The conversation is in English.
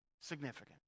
significant